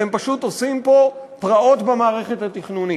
והם פשוט עושים פה פרעות במערכת התכנונית.